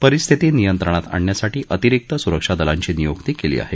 परिस्थिती नियंत्रणात आणण्यासाठी अतिरिक्त सुरक्षा दलांची नियुक्ती केली आहे